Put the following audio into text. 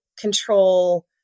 control